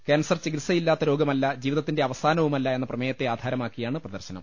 cancer ചികിത്സയില്ലാത്ത രോഗമല്ല ജീവിതത്തിന്റെ അവസാ നവുമല്ല എന്ന പ്രമേയത്തെ ആധാരമാക്കിയാണ് പ്രദർശനം